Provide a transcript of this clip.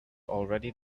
already